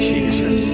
Jesus